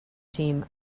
team